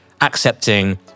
accepting